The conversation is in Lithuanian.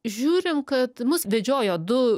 žiūrim kad mus vedžiojo du